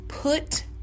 Put